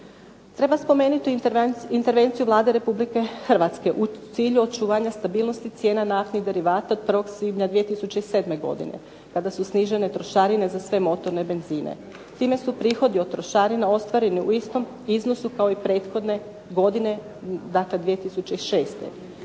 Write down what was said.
Treba spomenuti intervenciju Vlade Republike Hrvatske u cilju očuvanja stabilnosti cijena naftnih derivata od 1. svibnja 2007. godine kada su snižene trošarine za sve motorne benzine. Time su prihodi od trošarina ostvareni u istom iznosu kao i prethodne godine, dakle 2006. Tijekom